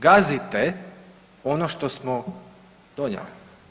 Gazite ono što smo donijeli.